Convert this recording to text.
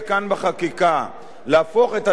להפוך את הדברים האלה לעוולה אזרחית,